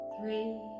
Three